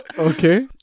Okay